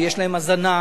ויש להם הזנה,